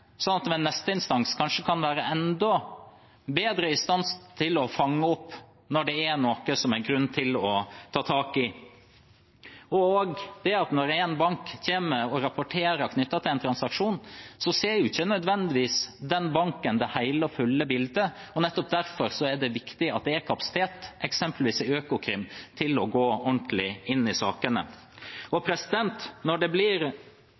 sånn at en i neste instans kanskje kan være enda bedre i stand til å fange opp når det er noe som det er grunn til å ta tak i. I tillegg: Når en bank kommer og rapporterer knyttet til en transaksjon, ser ikke nødvendigvis den banken det hele og fulle bildet. Nettopp derfor er det viktig at det er kapasitet, eksempelvis i Økokrim, til å gå ordentlig inn i sakene. Når det blir